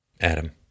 Adam